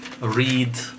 read